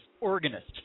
Organist